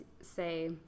say